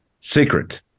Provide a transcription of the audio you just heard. secret